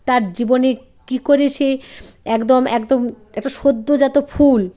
তার জীবনে কী করে সে একদম একদম একটা সদ্যজাত ফুল